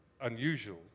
unusual